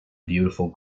beautiful